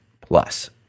Plus